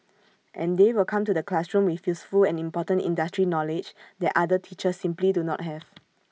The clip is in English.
and they will come to the classroom with useful and important industry knowledge that other teachers simply do not have